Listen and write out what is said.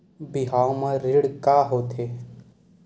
बिहाव म ऋण का होथे?